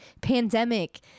pandemic